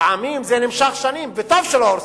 פעמים זה נמשך שנים, וטוב שלא הורסים,